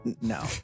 No